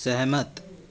सहमत